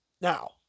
Now